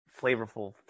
flavorful